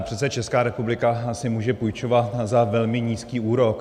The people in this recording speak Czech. Přece Česká republika si může půjčovat za velmi nízký úrok.